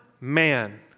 man